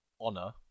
honor